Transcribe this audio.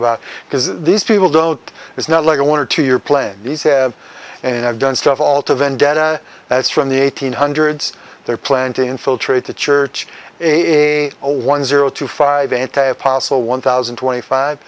about because these people don't it's not like one or two you're playing these have and i've done stuff all to vendetta that's from the eighteen hundreds there plan to infiltrate the church a zero one zero two five anti apostle one thousand and twenty five